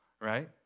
right